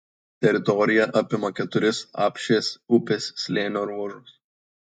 teritorija apima keturis apšės upės slėnio ruožus